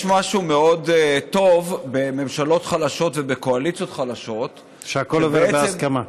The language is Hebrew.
יש משהו מאוד טוב בממשלות חלשות ובקואליציות חלשות שהכול עובר בהסכמה.